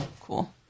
Cool